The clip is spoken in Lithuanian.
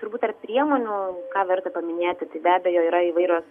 turbūt tarp priemonių verta paminėti tai be abejo yra įvairios